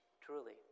Truly